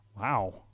Wow